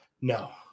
No